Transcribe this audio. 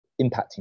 impacting